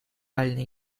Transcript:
haline